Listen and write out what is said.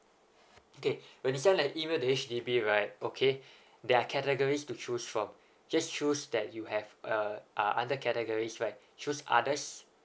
okay when you send an email to H_D_B right okay there're categories to choose from just choose that you have uh uh under categories right choose others